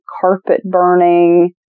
carpet-burning